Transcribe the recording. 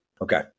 Okay